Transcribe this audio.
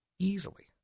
Easily